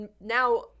now